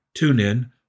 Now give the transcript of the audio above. TuneIn